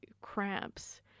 cramps